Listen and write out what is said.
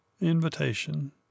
invitation